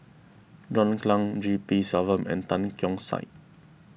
John Clang G P Selvam and Tan Keong Saik